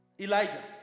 Elijah